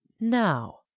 now